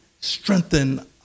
strengthen